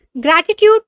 Gratitude